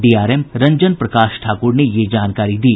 DRM Ranjan Prakash Thakur ने ये जानकारी दी